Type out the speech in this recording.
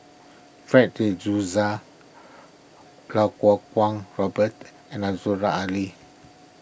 Fred De Souza Kau Kuo Kwong Robert and Aziza Ali